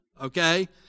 okay